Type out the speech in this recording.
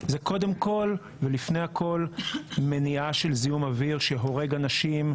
זה קודם כל ולפני הכל מניעה של זיהום אוויר שהורג אנשים,